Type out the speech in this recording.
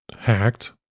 hacked